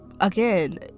again